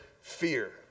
fear